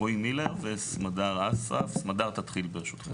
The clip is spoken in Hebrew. רועי מילר וסמדר אסרף, סמדר תתחיל ברשותך.